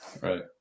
Right